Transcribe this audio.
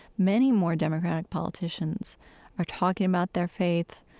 many more democratic politicians are talking about their faith,